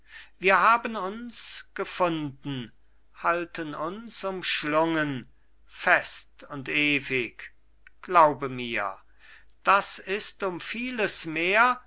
wir haben uns gefunden halten uns umschlungen fest und ewig glaube mir das ist um vieles mehr